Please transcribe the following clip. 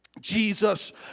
jesus